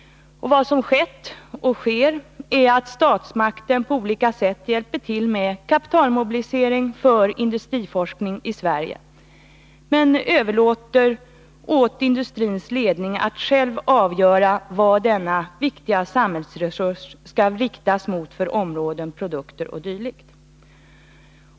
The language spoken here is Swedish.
Vad som har skett och sker är att statsmakten på olika sätt hjälper till med kapitalmobilisering för industriforskning i Sverige men överlåter åt industrins ledning att själv avgöra vad denna viktiga samhällsresurs skall riktas mot för områden, produkter o. d.